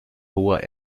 hohe